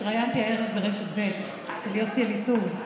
התראיינתי הערב ברשת ב' אצל יוסי אליטוב,